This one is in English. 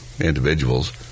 individuals